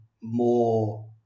more